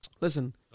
Listen